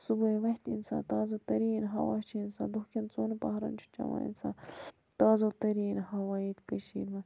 صُبحٲے وۄتھہِ اِنسان تاز و تٔریٖن ہوا چھُ انسان دۄہ کیٚن ژۄن پٔہرَن چھُ چیٚوان اِنسان تاز و تٔریٖن ہوا ییٚتہِ کٔشیٖر منٛز